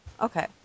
Okay